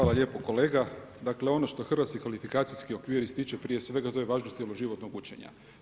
Hvala lijepo kolega, dakle, ono što hrvatski kvalifikacijski okvir ističe prije svega to je važnost cijeloživotnog učenja.